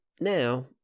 now